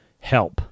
help